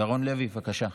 חבר הכנסת ירון לוי, בבקשה.